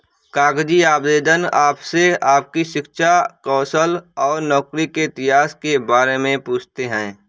कागजी आवेदन आपसे आपकी शिक्षा, कौशल और नौकरी के इतिहास के बारे में पूछते है